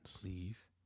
Please